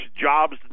jobs